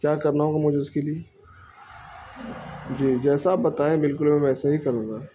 کیا کرنا ہوگا مجھے اس کے لیے جی جیسا آپ بتائیں بالکل میں ویسا ہی کروں گا